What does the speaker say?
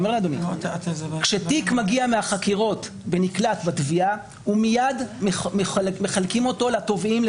כשתיק מגיע מהחקירות ונקלט בתביעה מיד מחלקים אותו לתובעים,